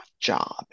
job